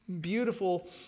beautiful